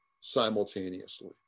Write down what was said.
simultaneously